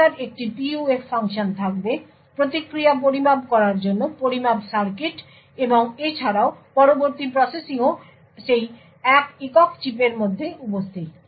আপনার একটি PUF function থাকবে প্রতিক্রিয়া পরিমাপ করার জন্য পরিমাপ সার্কিট এবং এছাড়াও পরবর্তী প্রসেসিংও সেই একক চিপের মধ্যে উপস্থিত